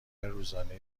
روزانه